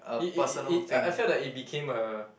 it it it it I felt that it became a